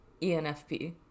ENFP